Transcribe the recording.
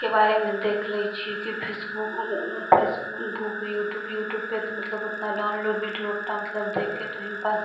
के बारेमे देख लै छी की फेसबुक फेसबुक यूट्यूब यूट्यूब पे तऽ मतलब ऊतना डाउनलोड विडियो अपना मतलब देखके टाइम पास